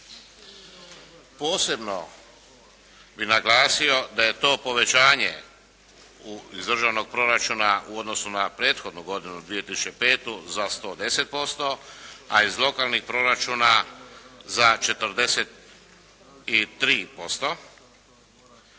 Posebno bi naglasio da je to povećanje iz državnog proračuna u odnosu na prethodnu godinu 2005. za 110%, a iz lokalnih proračuna za 43%.